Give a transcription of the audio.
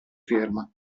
ferma